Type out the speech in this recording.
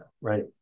right